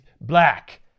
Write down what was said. black